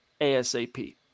ASAP